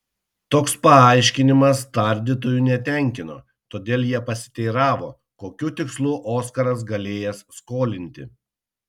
toks paaiškinimas tardytojų netenkino todėl jie pasiteiravo kokiu tikslu oskaras galėjęs skolinti